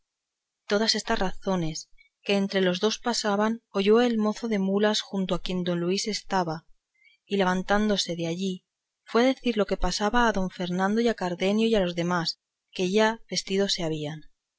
todas estas razones que entre los dos pasaban oyó el mozo de mulas junto a quien don luis estaba y levantándose de allí fue a decir lo que pasaba a don fernando y a cardenio y a los demás que ya vestido se habían